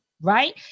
right